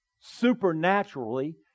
Supernaturally